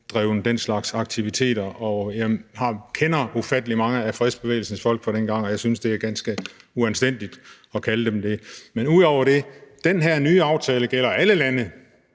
bedrevet den slags aktiviteter, og jeg kender ufattelig mange af fredsbevægelsens folk fra dengang, og jeg synes, det er ganske uanstændigt at kalde dem det. Men ud over vil jeg sige: Den her nye aftale gælder alle lande.